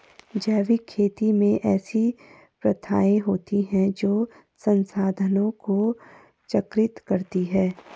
जैविक खेती में ऐसी प्रथाएँ होती हैं जो संसाधनों को चक्रित करती हैं